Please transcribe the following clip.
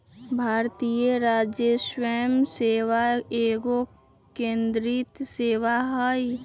भारतीय राजस्व सेवा एगो केंद्रीय सेवा हइ